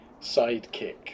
sidekick